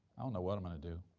i don't know what i'm gonna do.